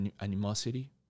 animosity